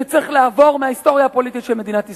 שצריך לעבור מההיסטוריה הפוליטית של מדינת ישראל.